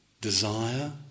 desire